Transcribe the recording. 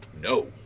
No